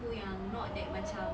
yang not that macam